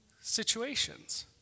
situations